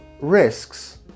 risks